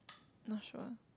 not sure